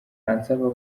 ansaba